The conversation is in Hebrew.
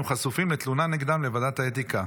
הם חשופים על תלונה נגדם לוועדת האתיקה.